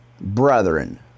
brethren